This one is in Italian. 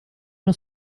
uno